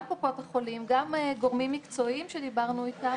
גם קופות החולים וגם גורמים מקצועיים שדיברנו איתם,